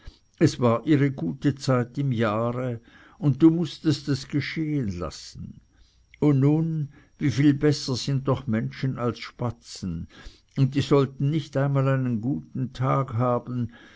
es war ihre gute zeit im jahre und du mußtest es geschehen lassen und nun wie viel besser sind doch menschen als spatzen und die sollten nicht einmal einen guten tag haben